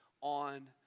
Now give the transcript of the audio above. on